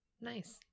Nice